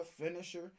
finisher